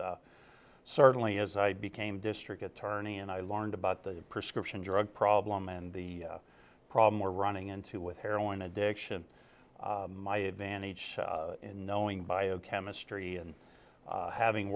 but certainly as i became district attorney and i learned about the prescription drug problem and the problem we're running into with heroin addiction my advantage in knowing biochemistry and having